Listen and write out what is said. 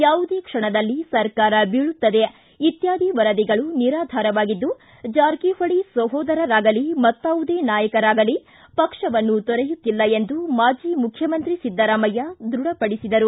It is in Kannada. ಯಾವುದೇ ಕ್ಷಣದಲ್ಲಿ ಸರ್ಕಾರ ಬೀಳುತ್ತದೆ ಇತ್ಯಾದಿ ವರದಿಗಳು ನಿರಾಧಾರಹಿತವಾಗಿದ್ದು ಜಾರಕಿಹೊಳಿ ಸೋದರರಾಗಲಿ ಮತ್ತಾವುದೇ ನಾಯಕರಾಗಲೀ ಪಕ್ಷವನ್ನು ತೊರೆಯುತ್ತಿಲ್ಲ ಎಂದು ಮಾಜಿ ಮುಖ್ಯಮಂತ್ರಿ ಸಿದ್ದರಾಮಯ್ಯ ದೃಢಪಡಿಸಿದರು